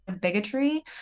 bigotry